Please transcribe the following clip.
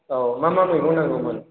औ मा मा मैगं नांगौमोन